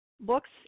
books